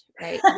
right